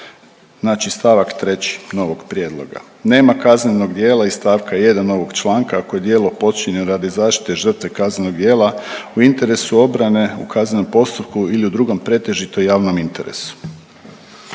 Znači stavak 3. novog prijedloga, nema kaznenog djela iz stavka 1. ovog članka ako je djelo počinjeno radi zaštite žrtve kaznenog djela u interesu obrane u kaznenom postupku ili u drugom pretežito javnom interesu.